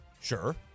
Sure